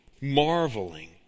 marveling